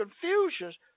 confusions